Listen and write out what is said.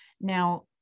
Now